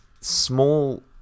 small